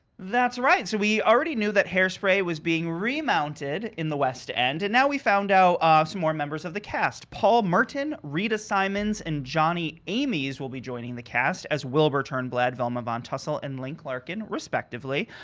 that's right. so, we already knew that hairspray was being remounted in the west end and now we found out ah some more members of the cast. paul merton, rita simons, and jonny aimes will be joining the cast. as will return velma von tussel, and link larkin, respectively.